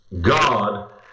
God